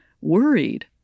worried